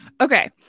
Okay